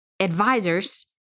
advisors